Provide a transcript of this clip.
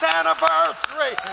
anniversary